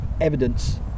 evidence